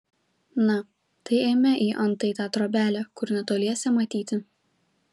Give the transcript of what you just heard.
na tai eime į antai tą trobelę kur netoliese matyti